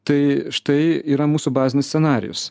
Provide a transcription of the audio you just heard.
tai štai yra mūsų bazinis scenarijus